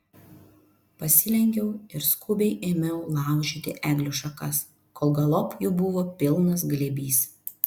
pasilenkiau ir skubiai ėmiau laužyti eglių šakas kol galop jų buvo pilnas glėbys